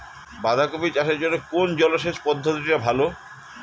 বাঁধাকপি চাষের জন্য কোন জলসেচ পদ্ধতিটি ভালো?